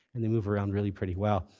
and they move around really pretty well.